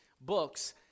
books